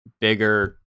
bigger